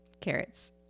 carrots